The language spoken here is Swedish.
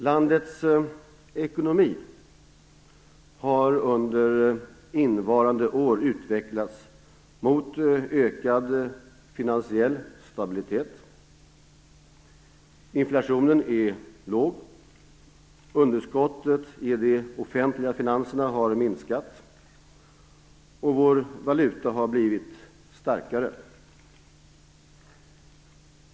Landets ekonomi har under innevarande år utvecklats mot ökad finansiell stabilitet. Inflationen är låg, underskottet i de offentliga finanserna har minskat och vår valuta har blivit starkare.